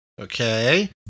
Okay